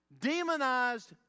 demonized